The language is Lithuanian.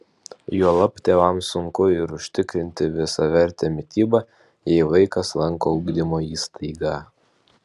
juolab tėvams sunku ir užtikrinti visavertę mitybą jei vaikas lanko ugdymo įstaigą